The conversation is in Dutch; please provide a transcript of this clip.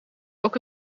ook